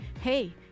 hey